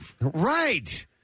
Right